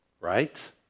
right